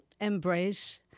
embrace